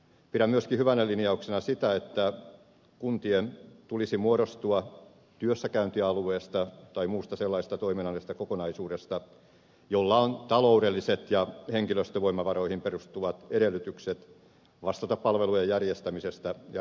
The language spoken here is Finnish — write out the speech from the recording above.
pidän myöskin hyvänä linjauksena sitä että kuntien tulisi muodostua työssäkäyntialueista tai muista sellaisista toiminnallisista kokonaisuuksista joilla on taloudelliset ja henkilöstövoimavaroihin perustuvat edellytykset vastata palvelujen järjestämisestä ja rahoituksesta